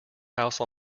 house